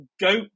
Go